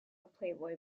playboy